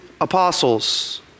apostles